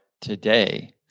today